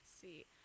see